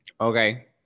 Okay